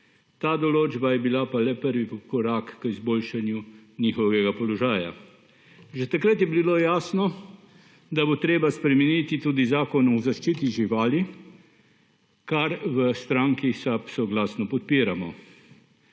Ta določba je bila pa le prvi korak k izboljšanju njihovega položaja. Že takrat je bilo jasno, da bo treba spremeniti tudi Zakon o zaščiti živali, kar v stranki SAB soglasno podpiramo.